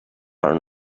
are